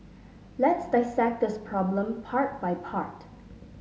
let's dissect this problem part by part